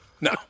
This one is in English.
No